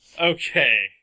Okay